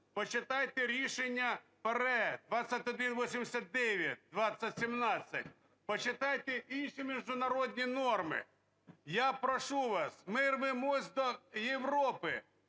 Почитайте рішення ПАРЄ 2189, 2017. Почитайте інші міжнародні норми. Я прошу вас, ми рвемось до Європи,